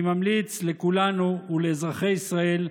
אני ממליץ לכולנו, לאזרחי ישראל,